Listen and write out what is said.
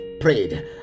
prayed